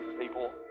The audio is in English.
people